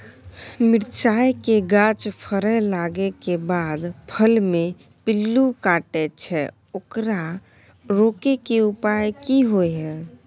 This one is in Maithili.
मिरचाय के गाछ फरय लागे के बाद फल में पिल्लू काटे छै ओकरा रोके के उपाय कि होय है?